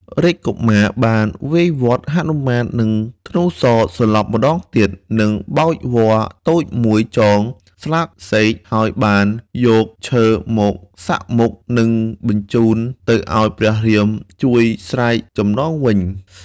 រាជកុមារបានវាយវាត់ហនុមាននឹងធ្នូសរសន្លប់ម្តងទៀតនិងបោចវល្លិ៍តូចមួយចងស្លាបសេក ហើយបានយកឈើមកសាក់មុខ និងបញ្ជូនទៅអោយព្រះរាមជួយស្រាយចំណងចេញ។